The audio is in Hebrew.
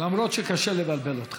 למרות שקשה לבלבל אותך.